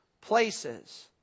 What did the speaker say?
places